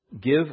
Give